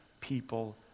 people